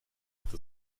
with